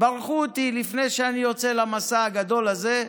ברכו אותי לפני שאני יוצא למסע הגדול הזה.